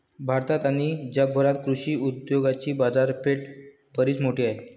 भारतात आणि जगभरात कृषी उद्योगाची बाजारपेठ बरीच मोठी आहे